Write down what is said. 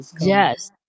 Yes